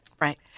Right